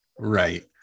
Right